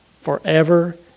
forever